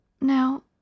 Now